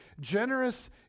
generous